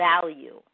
value